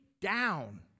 down